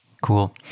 Cool